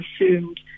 assumed